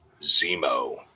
Zemo